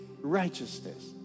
righteousness